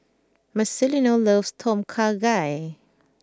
Marcelino loves Tom Kha Gai